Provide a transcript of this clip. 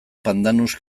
pandanus